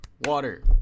water